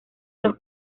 los